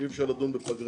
שאי אפשר לדון בפגרה